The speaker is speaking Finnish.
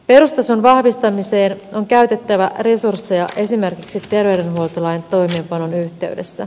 perustason vahvistamiseen on käytettävä resursseja esimerkiksi terveydenhuoltolain toimeenpanon yhteydessä